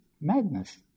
madness